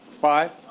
five